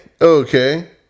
okay